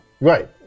Right